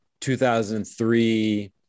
2003